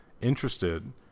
interested